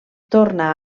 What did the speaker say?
torna